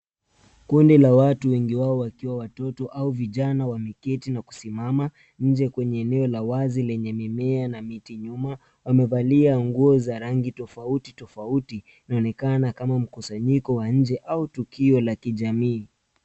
Kundi la watu wengi wao wakiwa watoto au vijana wameketi na kusimama nje kwenye eneo la wazi lenye mimea na miti nyuma. Wamevalia nguo za rangi tofauti tofauti. Inaonekana kama mkusanyiko wa nje au tukio la kijamii.